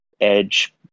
edge